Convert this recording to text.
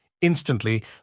Instantly